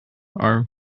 are